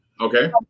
Okay